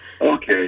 okay